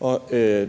af